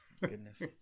Goodness